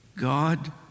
God